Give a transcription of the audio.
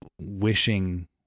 wishing